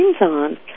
on